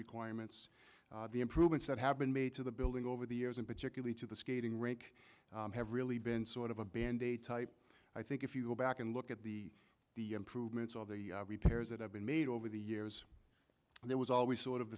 requirements the improvements that have been made to the building over the years and particularly to the skating rink have really been sort of a band aid type i think if you go back and look at the the improvements all the repairs that have been made over the years and there was always sort of